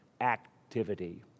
activity